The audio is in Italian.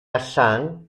hassan